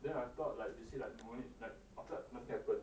then I thought like they say like no need like after that nothing happen